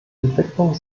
entwicklung